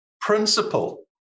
principle